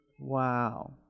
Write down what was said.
Wow